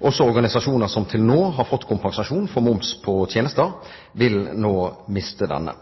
Også organisasjoner som til nå har fått kompensasjon for moms på tjenester, vil nå miste denne.